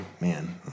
man